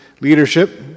leadership